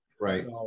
Right